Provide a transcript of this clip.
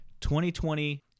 2020